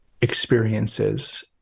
experiences